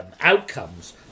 outcomes